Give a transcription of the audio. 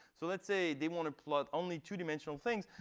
so let's say they want to plot only two dimensional things.